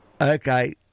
Okay